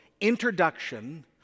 introduction